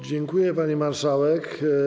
Dziękuję, pani marszałek.